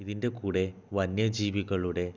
ഇതിൻ്റെ കൂടെ വന്യജീവികളുടെ